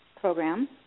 program